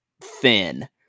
thin